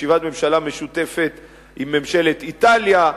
ישיבת ממשלה משותפת עם ממשלת איטליה,